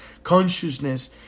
consciousness